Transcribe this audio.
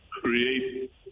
create